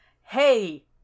hey